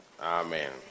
Amen